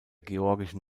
georgischen